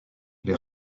les